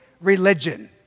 religion